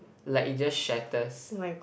like it just shatters